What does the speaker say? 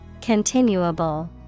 Continuable